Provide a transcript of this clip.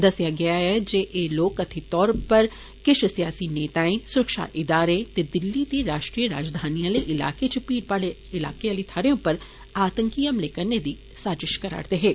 दस्सेआ गेआ हा जे एह लोक कथित तौर उप्पर किष सियासी नेताएं सुरक्षा इदारें ते दिल्ली ते राश्ट्रीय राजधानी आले इलाके च भीड़ भाड़ आली थाहरें उप्पर आतंकी हमले करने दी साजिष करा रदे हे